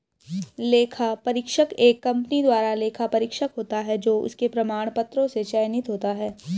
लेखा परीक्षक एक कंपनी द्वारा लेखा परीक्षक होता है जो उसके प्रमाण पत्रों से चयनित होता है